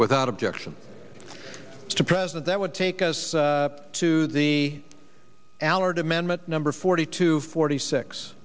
without objection to present that would take us to the allard amendment number forty two forty six